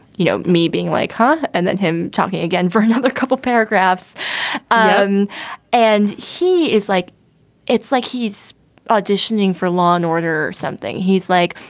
you know, me being like, ha! and then him talking again for another couple of paragraphs um and he is like it's like he's auditioning for law and order or something. he's like,